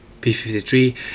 P53